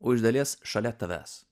o iš dalies šalia tavęs